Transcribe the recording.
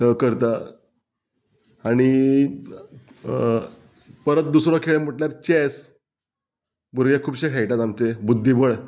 करता आनी परत दुसरो खेळ म्हटल्यार चॅस भुरगे खुबशे खेळटात आमचे बुद्धीबळ